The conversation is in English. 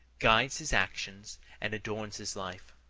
guides his actions and adorns his life.